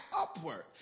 upward